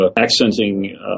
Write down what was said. accenting